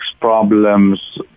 problems